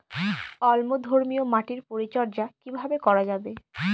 অম্লধর্মীয় মাটির পরিচর্যা কিভাবে করা যাবে?